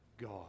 God